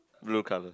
blue color